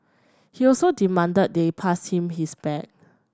he also demanded they pass him his bag